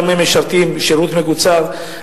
למה הם משרתים שירות מקוצר,